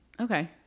okay